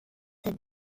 cette